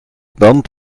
bernd